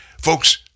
Folks